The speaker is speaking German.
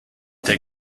der